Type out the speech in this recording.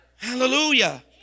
hallelujah